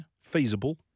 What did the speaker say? Feasible